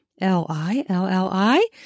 L-I-L-L-I